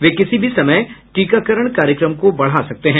वे किसी भी समय टीकाकरण कार्यक्रम को बढ़ा सकते हैं